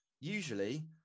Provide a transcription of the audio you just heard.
usually